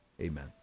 Amen